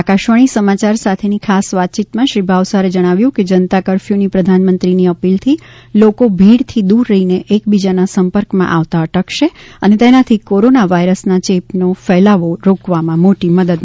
આકાશવાણી સમાચાર સાથેની ખાસ વાતચીતમાં શ્રી ભાવસારે જણાવ્યું કે જનતા કર્ફર્યુની પ્રધાન મંત્રીની અપીલથી લોકો ભીડથી દૂર રહીને એક બીજાના સંપર્કમાં આવતા અટકશે અને તેનાથી કોરોના વાયરસના ચેપનો ફેલાવો રોકવામાં મોટી મદદ મળશે